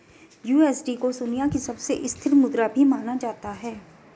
USD को दुनिया की सबसे स्थिर मुद्रा भी माना जाता है